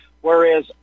whereas